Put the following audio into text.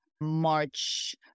march